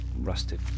rusted